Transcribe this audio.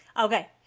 Okay